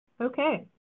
Okay